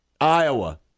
Iowa